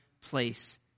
place